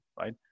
right